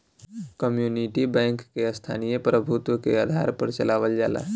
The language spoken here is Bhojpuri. कम्युनिटी बैंक के स्थानीय प्रभुत्व के आधार पर चलावल जाला